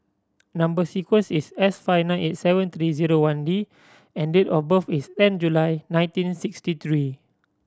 number sequence is S five nine eight seven three zero one D and date of birth is ten July nineteen sixty three